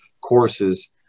courses